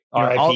RIP